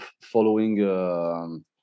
following